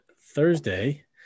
Thursday